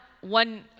one